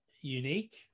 unique